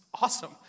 awesome